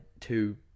two